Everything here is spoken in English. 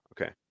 Okay